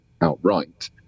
outright